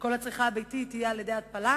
כל הצריכה הביתית תהיה על-ידי התפלה.